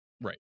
Right